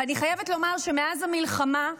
ואני חייבת לומר שמאז המלחמה,